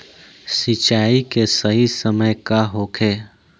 सिंचाई के सही समय का होखे?